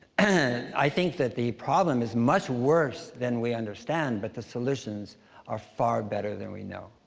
and i think that the problem is much worse than we understand, but the solutions are far better than we know.